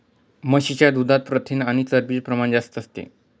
म्हशीच्या दुधात प्रथिन आणि चरबीच प्रमाण जास्त असतं